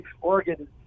Oregon